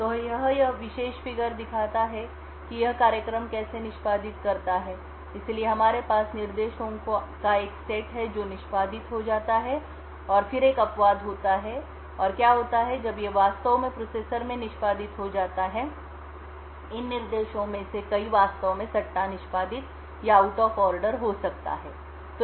तो यह विशेष फिगर दिखाता है कि यह कार्यक्रम कैसे निष्पादित करता है इसलिए हमारे पास निर्देशों का एक सेट है जो निष्पादित हो जाता है और फिर एक अपवाद होता है और क्या होता है जब ये वास्तव में प्रोसेसर में निष्पादित हो जाता है इन निर्देशों में से कई वास्तव में सट्टा निष्पादित या आउट ऑफ ऑर्डर हो सकता है